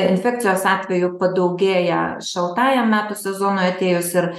infekcijos atveju padaugėja šaltajam metų sezonui atėjus ir